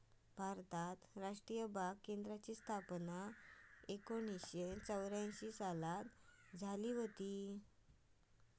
भारतात राष्ट्रीय बाग केंद्राची स्थापना एकोणीसशे चौऱ्यांशी सालात झाली हुती